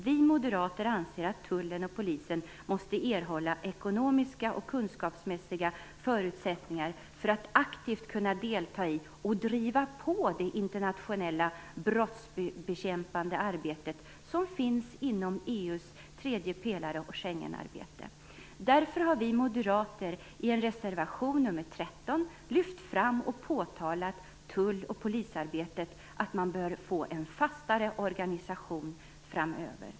Vi moderater anser att tullen och polisen måste erhålla ekonomiska och kunskapsmässiga förutsättningar för att aktivt kunna delta i och driva på det internationella brottsbekämpande arbete som finns inom EU:s tredje pelare och inom Schengensamarbetet. Därför har vi moderater i reservation 13 lyft fram och påtalat att tull och polisarbetet bör få en fastare organisation framöver.